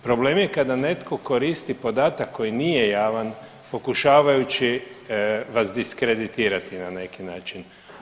Problem je kada netko koristi podatak koji nije javan pokušavajući vas diskreditirati na neki način.